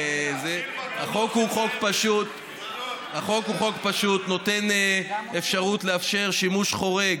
החוק הוא חוק פשוט, נותן אפשרות לאפשר שימוש חורג